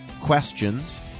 questions